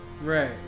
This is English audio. right